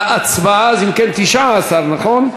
אם כן, 19, נכון?